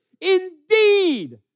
Indeed